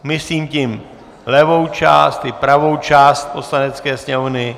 Myslím tím levou část i pravou část Poslanecké sněmovny.